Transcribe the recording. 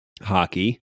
hockey